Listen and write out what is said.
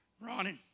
Ronnie